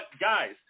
guys